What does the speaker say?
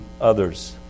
others